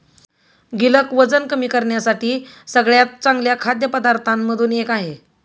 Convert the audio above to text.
गिलक वजन कमी करण्यासाठी सगळ्यात चांगल्या खाद्य पदार्थांमधून एक आहे